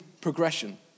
progression